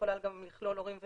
שיכולה גם לכלול הורים וילדים,